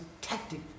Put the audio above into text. tactic